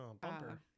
Bumper